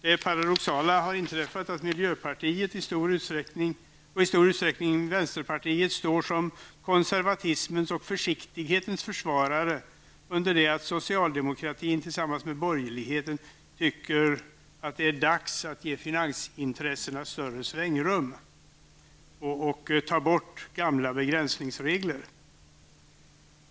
Det paradoxala har inträffat att miljöpartiet och i stor utsträckning också vänsterpartiet står som konservatismens och försiktighetens försvarare under det att man inom socialdemokratin och borgerligheten tycker att det är dags att ge finansintressena ett större svängrum och att ta bort gamla begränsningsregler.